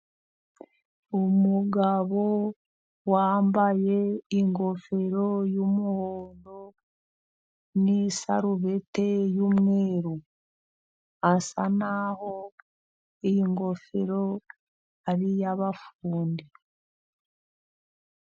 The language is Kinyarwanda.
Umugabo wambaye ingofero y'umuhondo n'isarubeti y'umweru , asa naho iyi ngofero ar'iyabafundi.